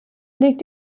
liegt